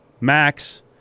Max